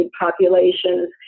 populations